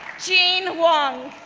jean huang,